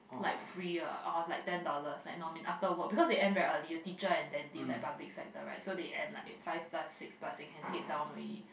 like free ah or like ten dollars like no mean after work because they end very early teacher and dentist like public sector right so they end like five plus six plus they can head down already